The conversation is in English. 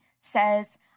says